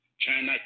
China